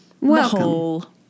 Welcome